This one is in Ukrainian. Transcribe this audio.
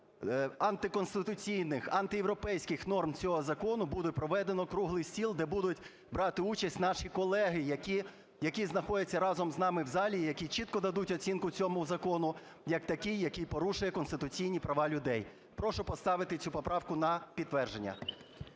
антиконституційних, антиєвропейських норм цього закону, буде проведено круглий стіл, де будуть брати участь наші колеги, які знаходяться разом з нами в залі і які чітко дадуть оцінку цьому закону як такий, який порушує конституційні права людей. Прошу поставити цю поправку на підтвердження.